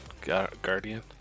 Guardian